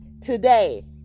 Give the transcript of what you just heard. Today